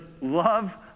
love